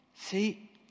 See